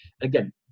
Again